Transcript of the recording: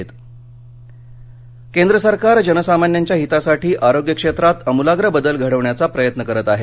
पंतप्रधान जनौषधी केंद्र सरकार जनसामान्यांच्या हितासाठी आरोग्य क्षेत्रात अमूलाग्र बदल घडवण्याचा प्रयत्न करत आहे